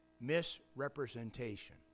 misrepresentation